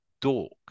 dork